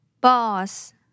Boss